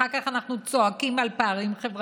אחר כך אנחנו צועקים על פערים חברתיים.